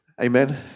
Amen